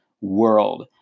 world